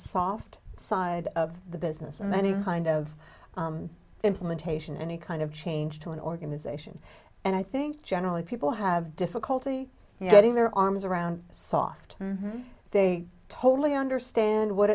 soft side of the business and any kind of implementation any kind of change to an organization and i think generally people have difficulty getting their arms around soft they totally understand what